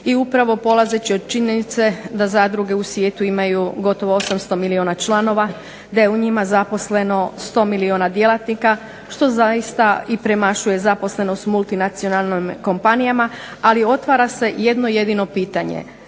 I upravo polazeći od činjenice da zadruge u svijetu imaju gotovo 800 milijuna članova, da je u njima zaposleno 100 milijuna djelatnika što zaista i premašuje zaposlenost multinacionalnih kompanija. Ali, otvara se jedno jedino pitanje